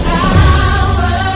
power